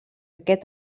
aquest